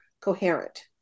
coherent